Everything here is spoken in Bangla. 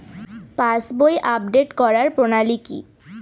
পাসবই আপডেট করার প্রণালী কি?